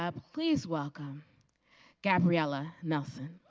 ah please welcome gabrielle ah nelson.